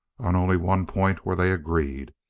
on only one point were they agreed.